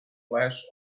flash